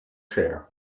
chair